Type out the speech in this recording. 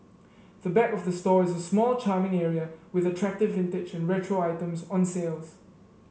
the back of the store is a small charming area with attractive vintage and retro items on sales